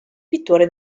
pittore